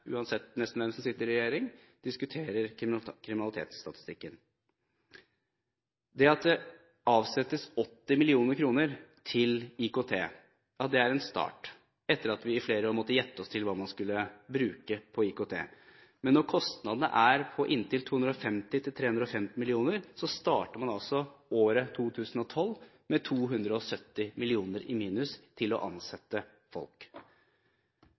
nesten uansett hvem som sitter i regjering – når man diskuterer kriminalitetsstatistikken. Det at det avsettes 80 mill. kr til IKT, er en start, etter at vi i flere år har måttet gjette oss til hvor mye man skulle bruke på IKT. Men når kostnadene er på inntil 250–350 mill. kr, starter man altså 2012 med 270 mill. kr i minus til å ansette folk.